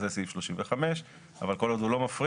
זה סעיף 35. אבל כל עוד הוא לא מפריע,